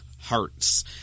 Hearts